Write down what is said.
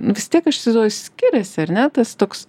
vis tiek aš įsivaizduoju skiriasi ar ne tas toks